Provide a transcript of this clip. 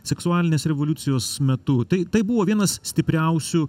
seksualinės revoliucijos metu tai tai buvo vienas stipriausių